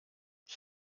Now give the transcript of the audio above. ich